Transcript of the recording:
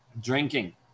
drinking